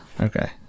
Okay